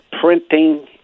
printing